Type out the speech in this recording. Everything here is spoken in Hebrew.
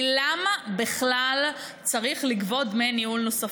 היא למה בכלל צריך לגבות דמי ניהול נוספים,